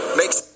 makes